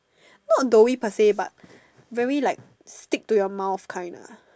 not doughy per say but very like stick to your mouth kind lah